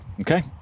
Okay